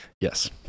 yes